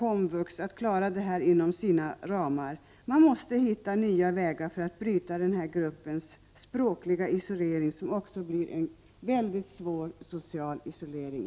komvux att klara detta inom sina ramar. Vi måste hitta nya vägar för att bryta den här gruppens språkliga isolering, som i längden innebär en mycket svår social isolering.